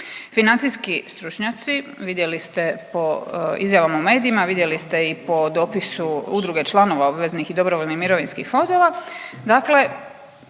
Financijski stručnjaci vidjeli ste po izjavama u medijima, vidjeli ste i po dopisu Udruge članova obveznih i dobrovoljnih mirovinskih fondova,